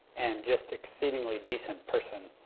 and just exceedingly decent person.